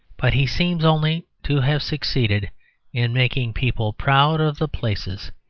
but he seems only to have succeeded in making people proud of the places.